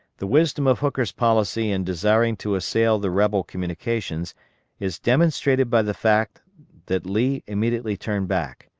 the wisdom of hooker's policy in desiring to assail the rebel communications is demonstrated by the fact the lee immediately turned back.